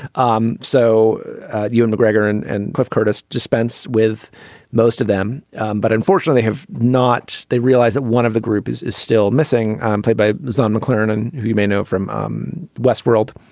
um so ewan mcgregor and and cliff curtis dispense with most of them but unfortunately have not. they realize that one of the group is is still missing um played by zane maclaren and you may know from um west's world.